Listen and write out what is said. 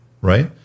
Right